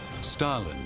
Stalin